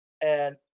And-